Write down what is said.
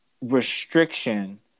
restriction